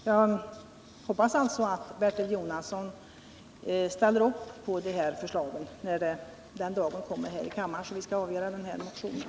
Jag hoppas alltså att Bertil Jonasson ställer upp bakom de här förslagen när den dagen kommer då vi här i kammaren skall besluta om motionen.